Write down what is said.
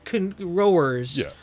rowers